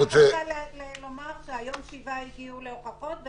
היום שבעה הגיעו להוכחות,